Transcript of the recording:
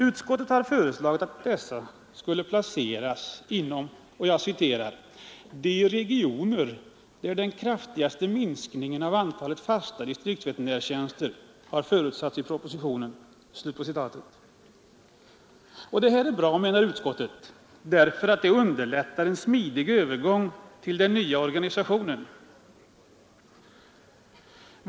Utskottet har föreslagit att dessa skulle placeras inom ”de regioner där den kraftigaste minskningen av antalet fasta distriktsveterinärtjänster har förutsatts i propositionen”. Det är bra, menar utskottet, därför att det underlättar en smidig övergång till den nya organisationen.